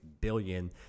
billion